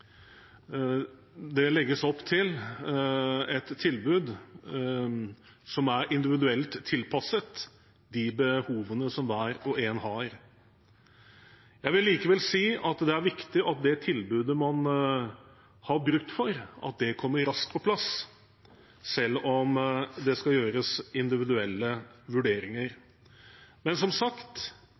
til et tilbud som er individuelt tilpasset de behovene som hver og en har. Jeg vil likevel si at det er viktig at det tilbudet man har bruk for, kommer raskt på plass, selv om det skal gjøres individuelle vurderinger. Men som sagt